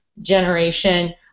generation